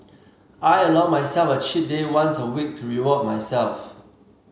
I allow myself a cheat day once a week to reward myself